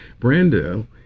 Brando